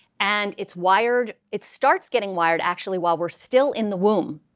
and it's wired. it starts getting wired actually while we're still in the womb.